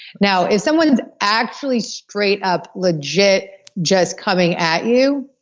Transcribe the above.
now if someone's actually straight up legit just coming at you,